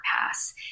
pass